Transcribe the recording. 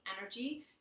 energy